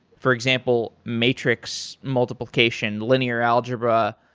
for example, matrix multiplication, linear algebra.